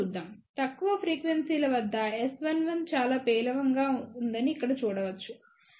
తక్కువ ఫ్రీక్వెన్సీ ల వద్ద S11 చాలా పేలవంగా ఉందని ఇక్కడ చూడవచ్చు